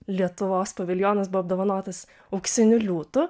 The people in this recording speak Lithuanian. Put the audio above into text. lietuvos paviljonas buvo apdovanotas auksiniu liūtu